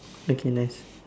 okay nice